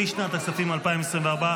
לשנת הכספים 2024,